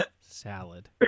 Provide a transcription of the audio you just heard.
salad